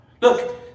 Look